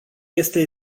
este